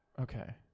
Okay